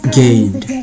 gained